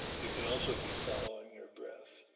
you can also be following your breath.